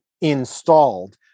installed